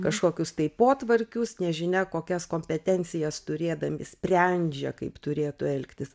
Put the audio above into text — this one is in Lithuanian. kažkokius tai potvarkius nežinia kokias kompetencijas turėdami sprendžia kaip turėtų elgtis